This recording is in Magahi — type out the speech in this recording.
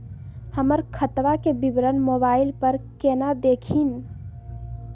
हमर खतवा के विवरण मोबाईल पर केना देखिन?